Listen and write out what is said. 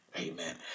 Amen